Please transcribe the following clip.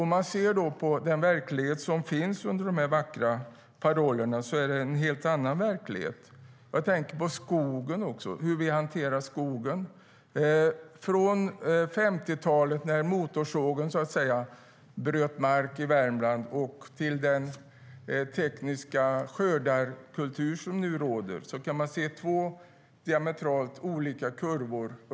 Om man då ser under de vackra parollerna finns det en helt annan verklighet. Jag tänker också på skogen, hur vi hanterar skogen. Från 50-talet när motorsågen bröt mark i Värmland och till den tekniska skördarkultur som nu råder kan man se två diametralt olika kurvor.